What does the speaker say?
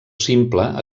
simple